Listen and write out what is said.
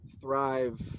thrive